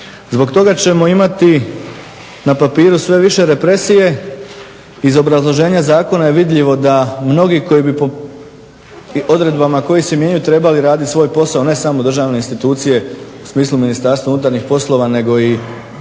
Zbog toga ćemo imati na papiru sve više represije, iz obrazloženja zakona je vidljivo da mnogi koji bi po odredbama koje se mijenjaju trebali raditi svoj posao, ne samo državne institucije u smislu Ministarstva unutarnjih poslova nego i